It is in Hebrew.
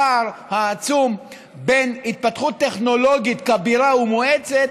הפער העצום בין התפתחות טכנולוגית כבירה ומואצת